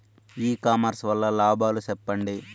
ఇ commerce వల్ల లాభాలు సెప్పండి?